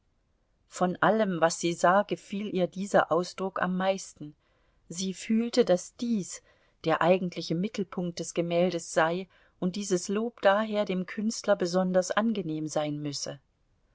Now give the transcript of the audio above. von allem was sie sah gefiel ihr dieser ausdruck am meisten sie fühlte daß dies der eigentliche mittelpunkt des gemäldes sei und dieses lob daher dem künstler besonders angenehm sein müsse